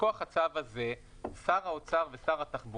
מכוח הצו הזה שר האוצר ושר התחבורה,